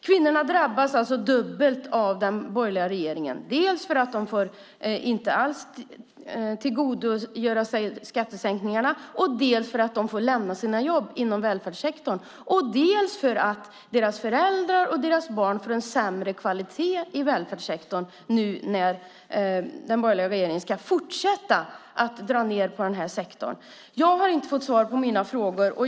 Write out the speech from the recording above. Kvinnorna drabbas alltså dubbelt av den borgerliga regeringen, dels för att de inte får tillgodogöra sig skattesänkningarna, dels för att de får lämna sina jobb inom välfärdssektorn. Dessutom får deras föräldrar och barn en sämre kvalitet i välfärdssektorn nu när den borgerliga regeringen ska fortsätta att dra ned på denna sektor. Jag har inte fått svar på mina frågor.